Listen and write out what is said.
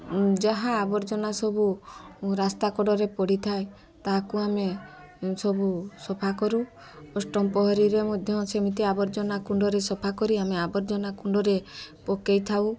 ଯାହା ଆବର୍ଜନା ସବୁ ରାସ୍ତା କଡ଼ରେ ପଡ଼ିଥାଏ ତାହାକୁ ଆମେ ସବୁ ସଫା କରୁ ଅଷ୍ଟମ ପ୍ରହରୀ ମଧ୍ୟ ସେମିତି ଆବର୍ଜନା କୁଣ୍ଡରେ ସଫା କରି ଆମେ ଆବର୍ଜନା କୁଣ୍ଡରେ ପକାଇ ଥାଉ